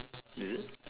is it